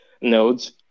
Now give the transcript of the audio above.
nodes